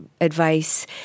advice